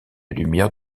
lumière